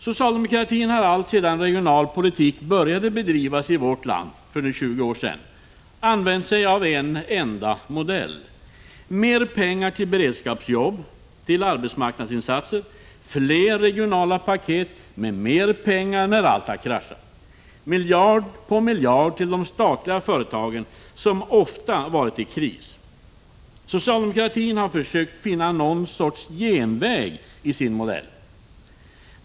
Socialdemokratin har alltsedan regionalpolitik började bedrivas i vårt land för drygt 20 år sedan använt sig av en enda modell: mer pengar till beredskapsjobb, till arbetsmarknadsinsatser, fler regionala paket med mer pengar när allt har kraschat, miljard på miljard till de statliga företagen, som ofta varit i kris. Socialdemokratin har försökt finna någon sorts genväg i sin modell.